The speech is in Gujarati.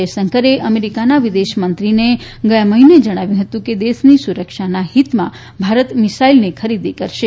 જયશંકરે અમેરિકાના વિદેશમંત્રીને ગયા મહિને જણાવ્યું હતું કે દેશની સુરક્ષાના હિતમાં ભારત મિસાઇલ ખરીદી કરશે